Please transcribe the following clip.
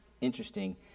interesting